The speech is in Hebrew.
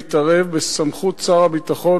התערבות בסמכות שר הביטחון